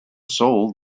sold